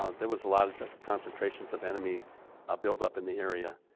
ah there was a lot of concentrations of enemy ah build up in the area,